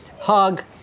hug